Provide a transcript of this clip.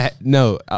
No